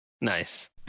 Nice